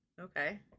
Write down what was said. Okay